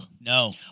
No